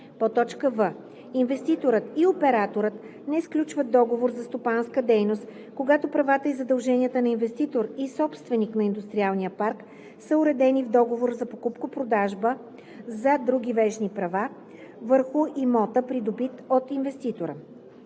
запазват; в) инвеститорът и операторът не сключват договор за стопанска дейност, когато правата и задълженията на инвеститор и собственик на индустриалния парк са уредени в договора за покупко-продажба/за други вещни права върху имота, придобит от инвеститора.